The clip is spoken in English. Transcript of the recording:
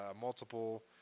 multiple